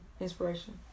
inspiration